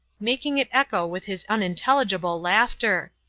making it echo with his unintelligible laughter.